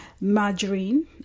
margarine